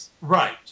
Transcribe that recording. right